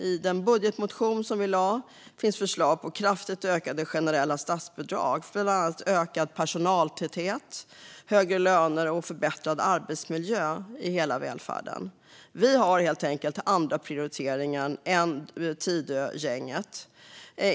I Vänsterpartiets budgetmotion finns förslag på kraftigt ökade generella statsbidrag för bland annat ökad personaltäthet, högre löner och förbättrad arbetsmiljö i hela välfärden. Vi har helt enkelt andra prioriteringar än Tidögänget.